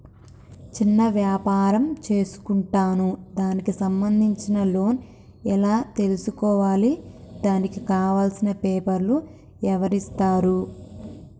చిన్న వ్యాపారం చేసుకుంటాను దానికి సంబంధించిన లోన్స్ ఎలా తెలుసుకోవాలి దానికి కావాల్సిన పేపర్లు ఎవరిస్తారు?